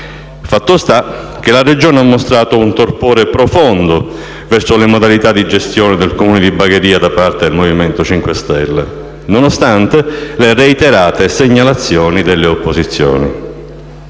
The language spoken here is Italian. Fatto sta che la Regione ha mostrato un torpore profondo verso le modalità di gestione del Comune di Bagheria da parte del Movimento 5 Stelle, nonostante le reiterate segnalazioni delle opposizioni.